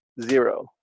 Zero